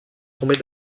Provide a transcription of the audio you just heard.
tombait